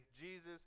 Jesus